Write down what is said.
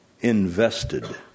invested